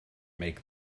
make